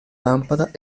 lampada